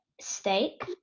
steak